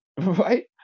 right